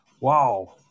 Wow